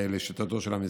לשיטתו של המשרד.